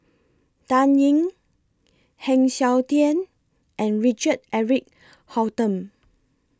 Dan Ying Heng Siok Tian and Richard Eric Holttum